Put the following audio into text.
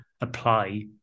apply